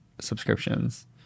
subscriptions